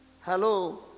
Hello